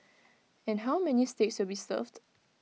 and how many steaks will served